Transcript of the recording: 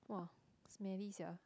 !wah! smelly sia